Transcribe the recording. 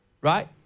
Right